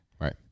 right